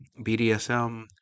BDSM